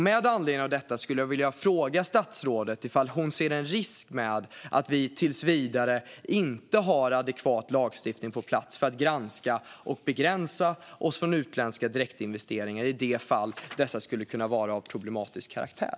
Med anledning av detta skulle jag vilja fråga statsrådet om hon ser en risk med att vi tills vidare inte har en adekvat lagstiftning på plats för att granska och begränsa utländska direktinvesteringar i de fall dessa skulle kunna vara av problematisk karaktär.